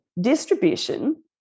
distribution